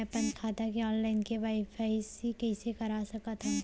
मैं अपन खाता के ऑनलाइन के.वाई.सी कइसे करा सकत हव?